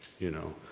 you know,